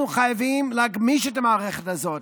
אנחנו חייבים להגמיש את המערכת הזאת.